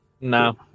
No